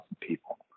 people